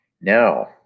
Now